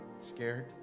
scared